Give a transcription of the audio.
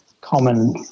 common